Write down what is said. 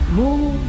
move